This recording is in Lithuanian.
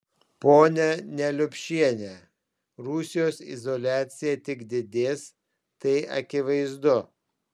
ponia neliupšiene rusijos izoliacija tik didės tai akivaizdu